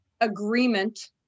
agreement